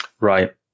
Right